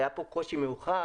היה פה קושי מיוחד,